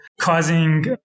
causing